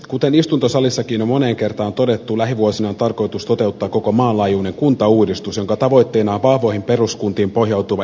kuten istuntosalissakin on moneen kertaan todettu lähivuosina on tarkoitus toteuttaa koko maan laajuinen kuntauudistus jonka tavoitteena on vahvoihin peruskuntiin pohjautuva elinvoimainen kuntarakenne